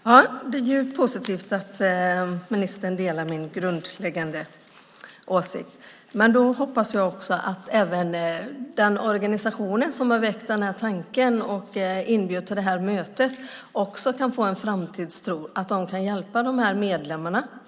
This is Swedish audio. Herr talman! Det är positivt att ministern delar min grundläggande åsikt, men då hoppas jag också att även den organisation som har väckt den här tanken och inbjöd till det här mötet också kan få en framtidstro i att de kan hjälpa de här medlemmarna.